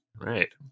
right